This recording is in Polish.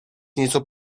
nieco